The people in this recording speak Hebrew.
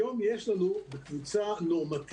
היום יש לנו בקבוצה נורמטיבית